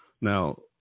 now